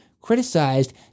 criticized